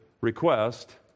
request